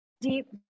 deep